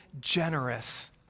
generous